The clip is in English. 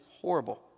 horrible